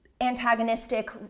antagonistic